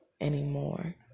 anymore